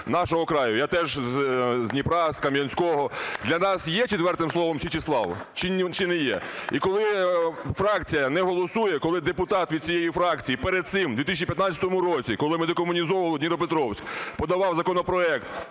нашого краю (я теж з Дніпра, з Кам'янського), для нас є четвертим словом "Січеслав" чи не є? І коли фракція не голосує, коли депутат від цієї фракції перед цим, у 2015 році, коли ми декомунізовували Дніпропетровськ, подавав законопроект